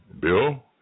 Bill